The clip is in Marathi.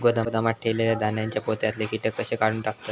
गोदामात ठेयलेल्या धान्यांच्या पोत्यातले कीटक कशे काढून टाकतत?